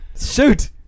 Shoot